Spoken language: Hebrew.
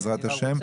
בעזרת השם,